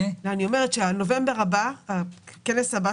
הכנס הבא של